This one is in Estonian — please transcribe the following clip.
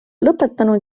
lõpetanud